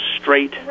straight